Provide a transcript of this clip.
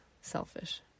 selfish